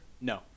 No